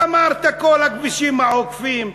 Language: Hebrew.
גמרת את כל הכבישים העוקפים,